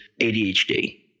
ADHD